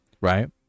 right